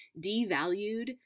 devalued